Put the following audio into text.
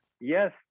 yes